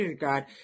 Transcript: God